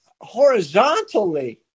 horizontally